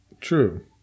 True